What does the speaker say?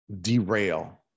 derail